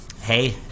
hey